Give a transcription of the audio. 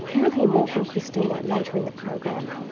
we'll hear more from christina later in the program.